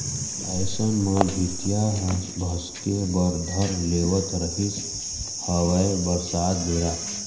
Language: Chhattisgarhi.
अइसन म भीतिया ह भसके बर धर लेवत रिहिस हवय बरसात बेरा